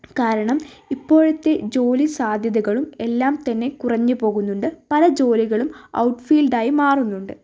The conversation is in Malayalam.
കാരണം ഇപ്പോഴത്തെ ജോലി സാധ്യതകളും എല്ലാം തന്നെ കുറഞ്ഞു പോകുന്നുണ്ട് പല ജോലികളും ഔട്ട് ഫീൽഡായി മാറുന്നുണ്ട്